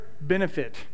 benefit